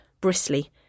bristly